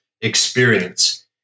experience